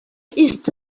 ist